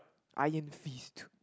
Iron Fist